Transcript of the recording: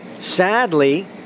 Sadly